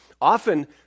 Often